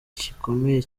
gikomeye